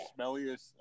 smelliest